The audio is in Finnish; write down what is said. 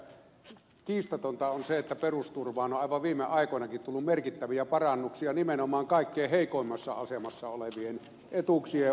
tennilälle että kiistatonta on se että perusturvaan on aivan viime aikoinakin tullut merkittäviä parannuksia nimenomaan kaikkein heikoimmassa asemassa olevien etuuksien osalta